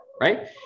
right